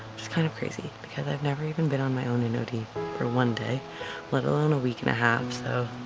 is kind of crazy because i've never even been on my own in ody for one day let alone a week and a half so.